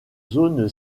zone